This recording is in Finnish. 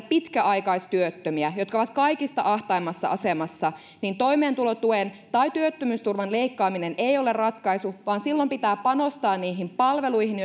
pitkäaikaistyöttömiä jotka ovat kaikista ahtaimmassa asemassa niin toimeentulotuen tai työttömyysturvan leikkaaminen ei ole ratkaisu vaan silloin pitää panostaa niihin palveluihin